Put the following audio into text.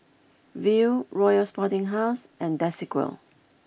Viu Royal Sporting House and Desigual